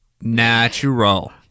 natural